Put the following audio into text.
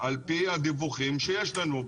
על פי הדיווחים שיש לנו,